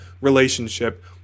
relationship